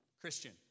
Christian